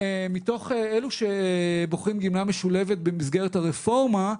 מתוך אלה שבוחרים גמלה משולבת במסגרת הרפורמה,